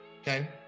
okay